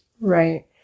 Right